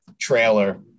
trailer